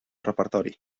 repertori